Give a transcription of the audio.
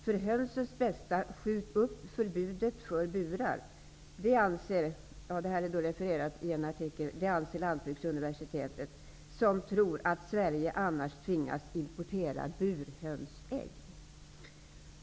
För hönsens bästa: Skjut upp förbudet för burar! Det anser Lantbruksuniversitetet, som tror att Sverige annars tvingas importera burhönsägg.